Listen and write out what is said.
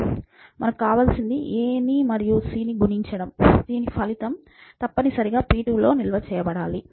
మీకు కావలసినది a మరియు c గుణించబడటం దాని ఫలితం తప్పనిసరిగా p2లో నిల్వ చేయబడాలి